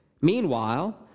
Meanwhile